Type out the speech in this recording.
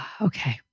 Okay